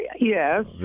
Yes